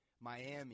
Miami